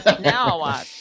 now